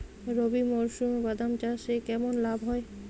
রবি মরশুমে বাদাম চাষে কেমন লাভ হয়?